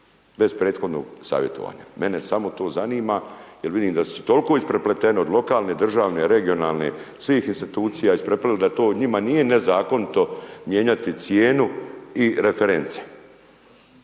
bez prethodnog savjetovanja? Mene samo to zanima, jer vidimo da su toliko isprepleteni, od lokalne, državne, regionalne, svih insinuacija, …/Govornik se ne razumije./… da to njima nije nezakonito mijenjati cijenu i reference.